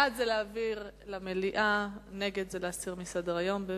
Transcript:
בעד זה להעביר למליאה, נגד זה להסיר מסדר-היום.